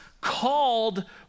called